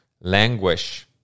languish